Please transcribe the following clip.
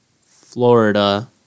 Florida